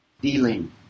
dealing